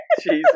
Jesus